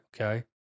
okay